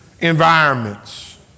environments